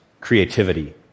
creativity